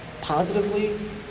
positively